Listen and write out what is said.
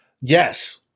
Yes